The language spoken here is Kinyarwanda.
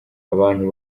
abantu